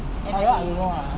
that [one] I don't know ah